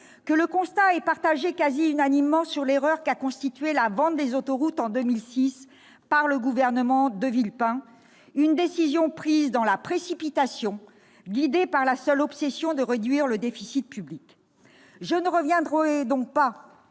-que le constat est partagé quasi unanimement concernant l'erreur que fut la vente des autoroutes en 2006 par le gouvernement Villepin, une décision prise dans la précipitation, guidée par la seule obsession de réduire le déficit public. Je ne reviendrai donc pas